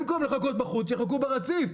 במקום לחכות בחוץ, שיחכו ברציף.